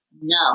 No